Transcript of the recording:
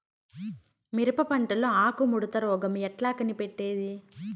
మిరప పంటలో ఆకు ముడత రోగం ఎట్లా కనిపెట్టేది?